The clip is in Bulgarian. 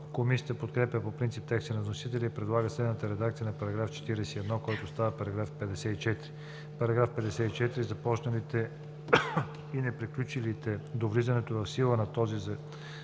Комисията подкрепя по принцип текста на вносителя и предлага следната редакция на § 41, който става § 54: „§ 54. Започналите и неприключили до влизането в сила на този